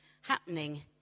happening